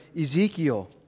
Ezekiel